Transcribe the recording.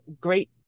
great